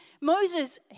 Moses